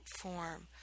form